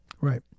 Right